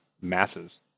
masses